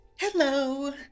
Hello